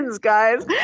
guys